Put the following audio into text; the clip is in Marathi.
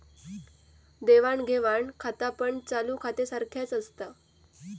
देवाण घेवाण खातापण चालू खात्यासारख्याच असता